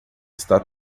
está